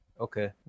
okay